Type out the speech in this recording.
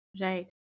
Right